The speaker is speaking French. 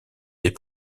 des